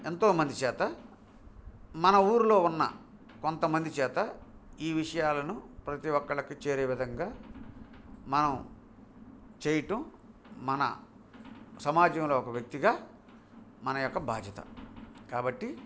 ఎంతో మంది చేత మన ఊరిలో ఉన్న కొంతమంది చేత ఈ విషయాలను ప్రతి ఒక్కరికి చేరే విధంగా మనం చేయటం మన సమాజంలో ఒక వ్యక్తిగా మన యొక్క బాధ్యత కాబట్టి